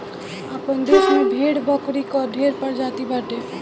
आपन देस में भेड़ बकरी कअ ढेर प्रजाति बाटे